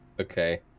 Okay